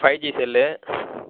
five G cell